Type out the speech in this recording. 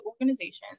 organizations